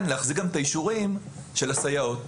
להחזיק גם את האישורים של הסייעות.